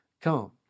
come